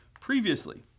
previously